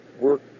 work